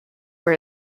were